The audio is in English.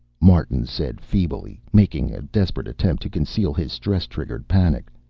martin said feebly, making a desperate attempt to conceal his stress-triggered panic.